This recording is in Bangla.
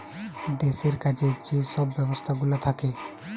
দেশের কাজে যে সব ব্যবস্থাগুলা থাকে